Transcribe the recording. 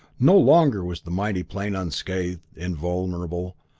no longer was the mighty plane unscathed, invulnerable,